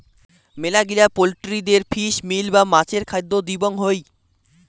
মেলাগিলা পোল্ট্রিদের fish meal বা মাছের খাদ্য দিবং হই